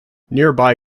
nearby